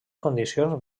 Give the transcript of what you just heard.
condicions